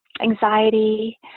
anxiety